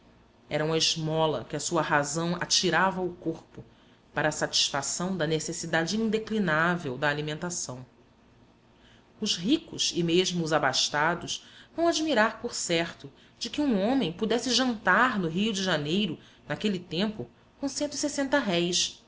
eram a esmola que a sua razão atirava ao corpo para satisfação da necessidade indeclinável da alimentação os ricos e mesmo os abastados vão admirar-se por certo de que um homem pudesse jantar no rio de janeiro naquele tempo com